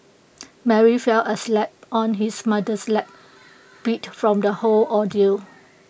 Mary fell asleep on his mother's lap beat from the whole ordeal